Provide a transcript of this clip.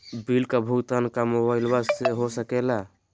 Bill का भुगतान का मोबाइलवा से हो सके ला?